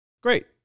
Great